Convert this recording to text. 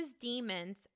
demons